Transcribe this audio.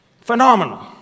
phenomenal